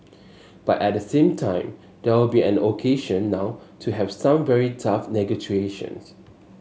but at the same time there will be an occasion now to have some very tough negotiations